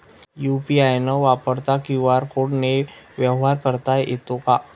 UPI न वापरता QR कोडने व्यवहार करता येतो का?